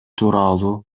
тууралуу